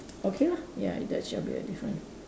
okay lah ya that should be a difference